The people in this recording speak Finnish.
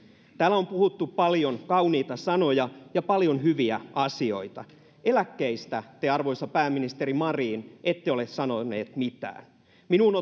täällä on puhuttu paljon kauniita sanoja ja paljon hyviä asioita eläkkeistä te arvoisa pääministeri marin ette ole sanonut mitään minuun